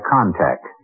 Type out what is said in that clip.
Contact